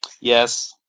Yes